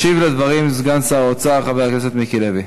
ישיב על הדברים סגן שר האוצר חבר הכנסת מיקי לוי.